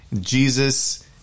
Jesus